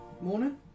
Morning